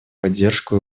поддержку